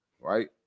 right